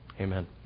amen